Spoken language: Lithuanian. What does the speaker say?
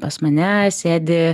pas mane sėdi